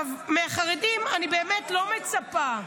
מהחרדים אני באמת לא מצפה.